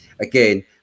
again